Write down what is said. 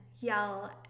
yell